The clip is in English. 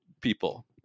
people